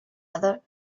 other